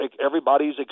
everybody's